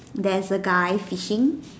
there's a guy fishing